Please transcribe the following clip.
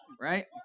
Right